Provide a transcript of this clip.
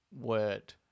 word